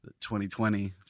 2020